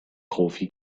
profi